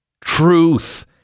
Truth